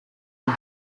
ngo